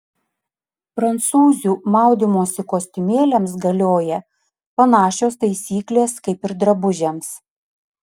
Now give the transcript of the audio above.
prancūzių maudymosi kostiumėliams galioja panašios taisyklės kaip ir drabužiams